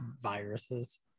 viruses